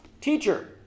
Teacher